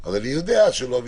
אני רק אומר בכוכבית,